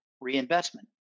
reinvestment